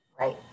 Right